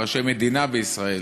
ראשי מדינה בישראל